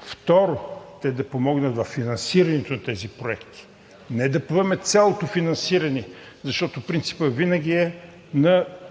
второ – да помогнат във финансирането на тези проекти. Не да поеме цялото финансиране, защото принципът винаги е на